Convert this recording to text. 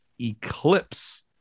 eclipse